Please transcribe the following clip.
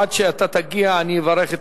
עד שאתה תגיע אני אברך את